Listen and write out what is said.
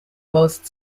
most